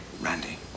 Randy